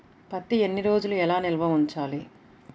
పత్తి ఎన్ని రోజులు ఎలా నిల్వ ఉంచాలి?